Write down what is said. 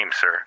sir